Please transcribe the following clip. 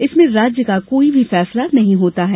इसमें राज्य का कोई भी फैसला नहीं होता है